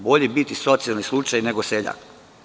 Bolje biti socijalni slučaj nego seljak.